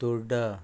Todda